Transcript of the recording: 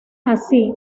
así